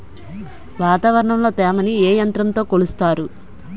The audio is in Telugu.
వాతావరణంలో తేమని ఏ యంత్రంతో కొలుస్తారు?